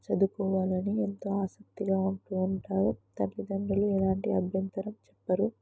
చదువుకోవాలి అని ఎంతో ఆసక్తిగా ఉంటు ఉంటారు తల్లిదండ్రులు ఎలాంటి అభ్యంతరం చెప్పరు